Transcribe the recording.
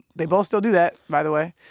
they both still do that, by the way.